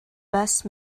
best